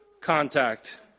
contact